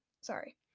Sorry